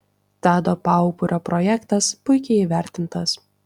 tado paupario projektas puikiai įvertintas